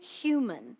human